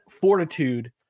fortitude